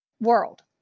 world